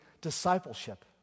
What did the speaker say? discipleship